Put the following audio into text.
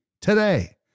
today